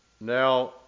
Now